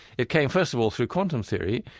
it came first of all through quantum theory.